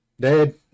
Dad